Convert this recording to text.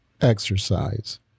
exercise